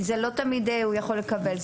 כי לא תמיד הוא יכול לקבל.